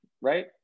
Right